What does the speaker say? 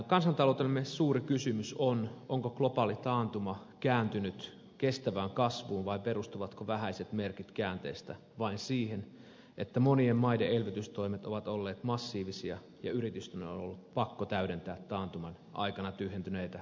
kansantaloutemme suuri kysymys on onko globaali taantuma kääntynyt kestävään kasvuun vai perustuvatko vähäiset merkit käänteestä vain siihen että monien maiden elvytystoimet ovat olleet massiivisia ja yritysten on ollut pakko täydentää taantuman aikana tyhjentyneitä varastojaan